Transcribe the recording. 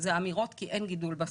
זה האמירות כי אין גידול בספיקה.